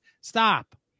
stop